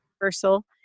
universal